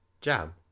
Jam